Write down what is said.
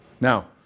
Now